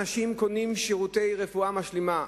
אנשים קונים שירותי רפואה משלימה,